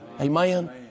Amen